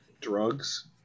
Drugs